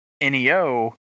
Neo